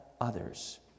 others